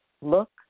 Look